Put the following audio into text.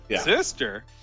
Sister